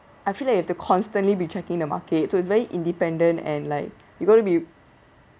I feel like you have to constantly be checking the market to be very independent and like you're going to be